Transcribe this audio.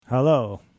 hello